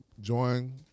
join